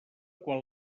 quan